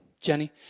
Jenny